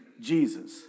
Jesus